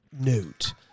Note